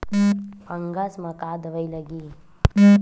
Fungus म का दवाई लगी?